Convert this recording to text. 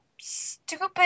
stupid